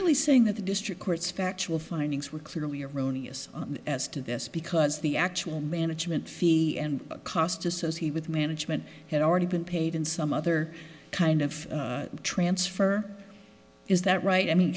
merely saying that the district court's factual findings were clearly erroneous as to this because the actual management fee and costs as he with management had already been paid in some other kind of transfer is that right i mean